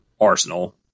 arsenal